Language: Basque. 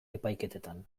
epaiketetan